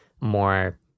more